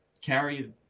carry